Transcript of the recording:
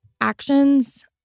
actions